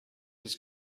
just